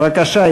בבקשה,